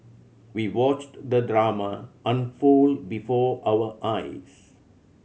we watched the drama unfold before our eyes